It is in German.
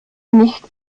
nicht